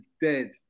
dead